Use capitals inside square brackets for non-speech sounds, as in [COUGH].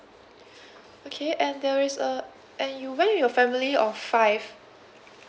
[BREATH] okay and there is a and you went with your family of five